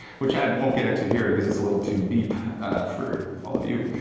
which i won't get into here, because it's a little too deep for all of you,